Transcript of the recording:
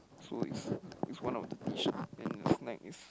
so it's it's one of the dish and snack is